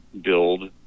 build